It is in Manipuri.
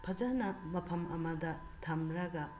ꯐꯖꯅ ꯃꯐꯝ ꯑꯃꯗ ꯊꯝꯂꯒ